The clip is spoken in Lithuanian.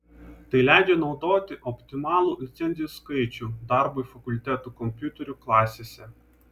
tai leidžia naudoti optimalų licencijų skaičių darbui fakultetų kompiuterių klasėse